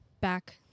back